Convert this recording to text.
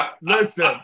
Listen